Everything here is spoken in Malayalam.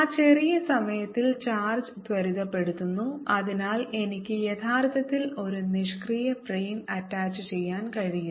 ആ ചെറിയ സമയത്തിൽ ചാർജ് ത്വരിതപ്പെടുത്തുന്നു അതിനാൽ എനിക്ക് യഥാർത്ഥത്തിൽ ഒരു നിഷ്ക്രിയ ഫ്രെയിം അറ്റാച്ചുചെയ്യാൻ കഴിയില്ല